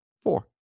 four